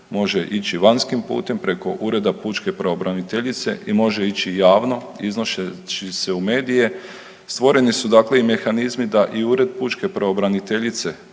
može ići vanjskim putem preko ureda pučke pravobraniteljice i može ići javno iznošeći se u medije. Stvoreni su dakle i mehanizmi da i ured pučke pravobraniteljice